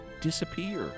disappear